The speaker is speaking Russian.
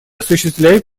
осуществляет